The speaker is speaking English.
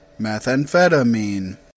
Methamphetamine